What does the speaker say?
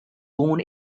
born